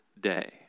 day